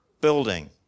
Building